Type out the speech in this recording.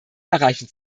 erreichen